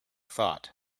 thought